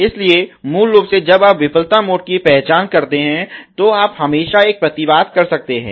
इसलिए मूल रूप से जब आप विफलता मोड की पहचान करते हैं तो आप हमेशा एक प्रतिवाद कर सकते हैं